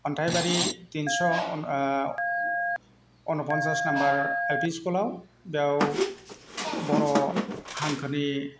अन्थाइबारि तिनस' अनाफनसास number LP स्कुलाव बेयाव बर' हांखोनि